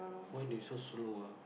why they so slow ah